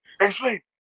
explain